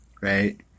right